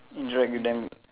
drag them